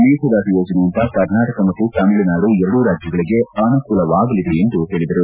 ಮೇಕೆದಾಟು ಯೋಜನೆಯಿಂದ ಕರ್ನಾಟಕ ಮತ್ತು ತಮಿಳುನಾಡು ಎರಡೂ ರಾಜ್ಗಳಿಗೆ ಅನುಕೂಲವಾಗಲಿದೆ ಎಂದು ಹೇಳಿದರು